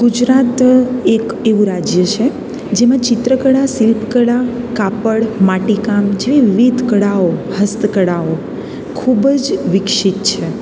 ગુજરાત એક એવું રાજ્ય છે જેમાં જેમાં ચિત્રકળા શિલ્પકળા કાપડ માટીકામ જેવી વિવિધ કળાઓ હસ્તકળાઓ ખૂબ જ વિકસિત છે